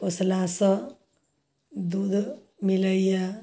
पोसलासँ दुध मिलैए